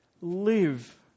Live